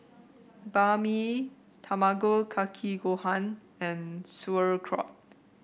Banh Mi Tamago Kake Gohan and Sauerkraut